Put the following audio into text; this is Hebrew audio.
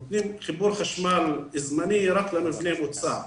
נותנים חיבור חשמל זמני, רק למבנה מוצע,